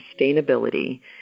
sustainability